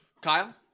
Kyle